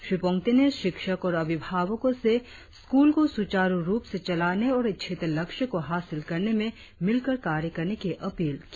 श्री पोंगते ने शिक्षक और अभिभावको से स्कूल को सुचारु रुप से चलाने और इच्छित लक्ष्य को हासिल करने में मिलकर कार्य करने की अपील की